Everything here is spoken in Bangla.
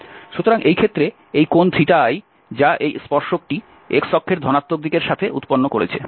সুতরাং এই ক্ষেত্রে এই কোণ যা এই স্পর্শকটি x অক্ষের ধনাত্মক দিকের সাথে উৎপন্ন করেছে